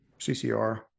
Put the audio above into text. CCR